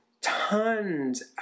tons